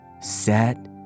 Set